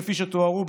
כפי שתוארו,